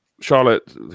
Charlotte